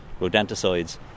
rodenticides